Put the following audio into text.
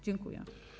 Dziękuję.